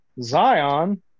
Zion